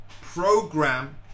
program